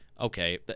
okay